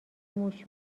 موش